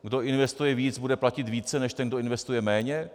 Kdo investuje víc, bude platit více než ten, kdo investuje méně?